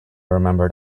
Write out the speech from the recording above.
remembered